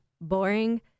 boring